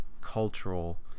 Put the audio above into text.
cultural